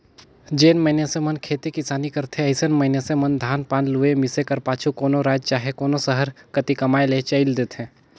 जेन मइनसे मन खेती किसानी करथे अइसन मइनसे मन धान पान लुए, मिसे कर पाछू कोनो राएज चहे कोनो सहर कती कमाए ले चइल देथे